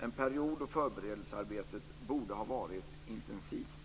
en period då förberedelsearbetet borde ha varit intensivt.